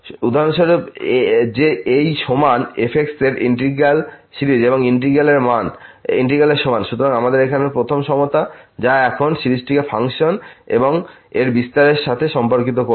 উদাহরণস্বরূপ যে এই সমান f এর ইন্টিগ্র্যাল সিরিজ এর ইন্টিগ্র্যাল এর সমান সুতরাং আমাদের এখানে প্রথম সমতা যা এখন সিরিজটিকে ফাংশন এবং এর বিস্তারের সাথে সম্পর্কিত করছে